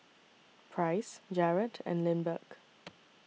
Price Jarad and Lindbergh